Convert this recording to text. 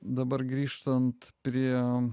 dabar grįžtant prie